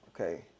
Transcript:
Okay